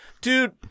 dude